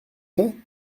faits